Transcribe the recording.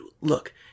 look